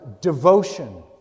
devotion